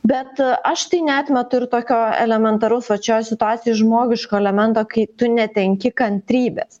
bet aš tai neatmetu ir tokio elementaraus vat šioj situacijoj žmogiško elemento kai tu netenki kantrybės